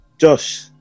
Josh